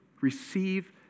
receive